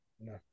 No